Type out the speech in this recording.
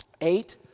Eight